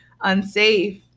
unsafe